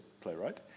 playwright